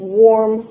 warm